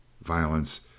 Violence